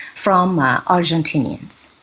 from argentinians.